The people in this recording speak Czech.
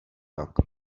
rok